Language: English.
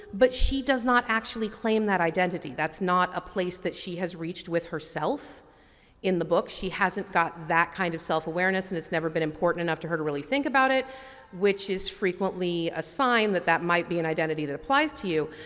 but she does not actually claim that identity. that's not a place that she has reached with herself in the book. she hasn't got that kind of self-awareness and it's never been important enough to her to really think about it which is frequently frequently a sign that that might be an identity that applies to you.